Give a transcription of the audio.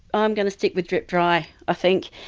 um going to stick with drip dry, i think.